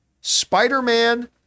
Spider-Man